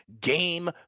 game